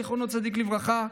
זיכרונו צדיק לברכה,